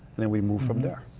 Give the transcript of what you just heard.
then we move from there.